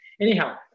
Anyhow